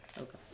Okay